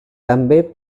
també